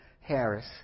Harris